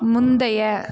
முந்தைய